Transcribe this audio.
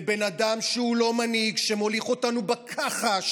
לבן אדם שהוא לא מנהיג, שמוליך אותנו בכחש,